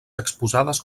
exposades